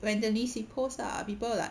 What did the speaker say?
when the missing post ah people like